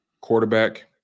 quarterback